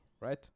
right